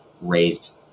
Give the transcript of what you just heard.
raised